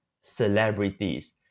celebrities